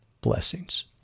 blessings